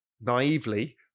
naively